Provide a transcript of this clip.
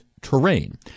terrain